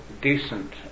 decent